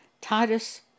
Titus